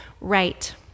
right